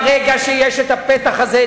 ברגע שיש הפתח הזה,